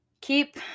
keep